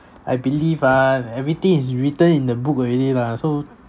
I believe ah everything is written in the book already lah so